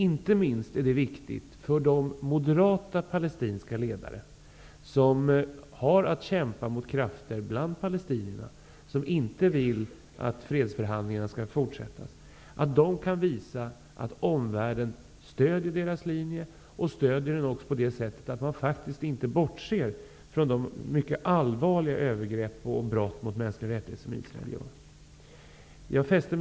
Inte minst för de moderata palestinska ledare som har att kämpa mot krafter bland palestinierna som inte vill att fredsförhandlingarna skall fortsättas är det viktigt att de kan visa att omvärlden stöder deras linje, även på det sättet att man inte bortser från de mycket allvarliga övergrepp och brott mot mänskliga rättigheter som Israel begår.